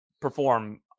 perform